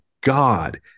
God